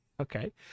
Okay